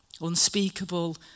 Unspeakable